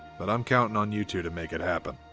but i'm counting on you two to make it happen.